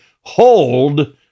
hold